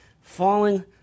falling